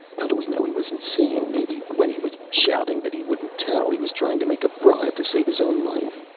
how do we know he was insane? maybe when he was shouting that he wouldn't tell, he was trying to make a bribe to save his own life.